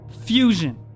fusion